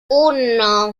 uno